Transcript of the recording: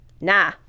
nah